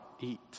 eat